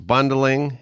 Bundling